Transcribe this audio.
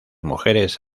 mujeres